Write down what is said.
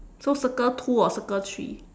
so circle two or circle three